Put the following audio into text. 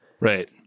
Right